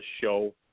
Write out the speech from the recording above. show